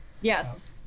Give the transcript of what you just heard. Yes